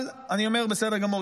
אבל אני אומר: בסדר גמור,